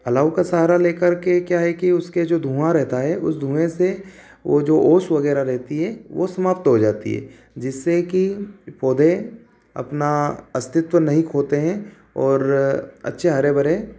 अलाव का सहारा लेकर के क्या है कि उसके जो धुआँ रहता है उस धुएँ से वो जो ओस वगैरह रहती है वो समाप्त हो जाती है जिससे कि पौधे अपना अस्तित्व नहीं खोते हैं और अच्छे हरे भरे